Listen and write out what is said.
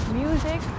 music